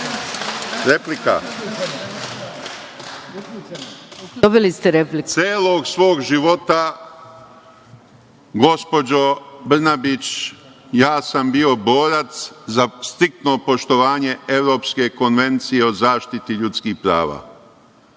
Izvolite. **Vojislav Šešelj** Celog svog života, gospođo Brnabić, ja sam bio borac za striktno poštovanje Evropske konvencije o zaštiti ljudskih prava